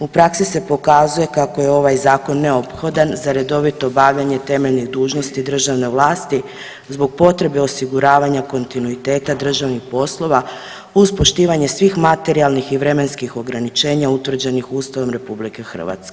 U praksi se pokazuje kako je ovaj Zakon neophodan za redovito obavljanje temeljnih dužnosti državne vlasti zbog potrebe osiguravanja kontinuiteta državnih poslova uz poštivanje svih materijalnih i vremenskih ograničenja utvrđenih Ustavom RH.